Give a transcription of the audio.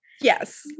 yes